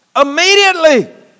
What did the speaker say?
immediately